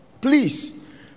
Please